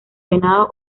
venado